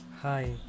Hi